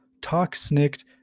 talksnicked